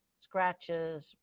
scratches